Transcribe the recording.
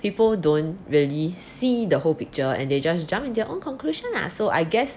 people don't really see the whole picture and they just jump into their own conclusion lah so I guess